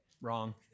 Wrong